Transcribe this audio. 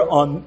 on